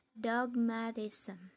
dogmatism